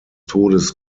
todes